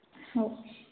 हो